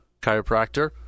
chiropractor